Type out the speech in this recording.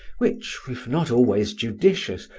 which, if not always judicious,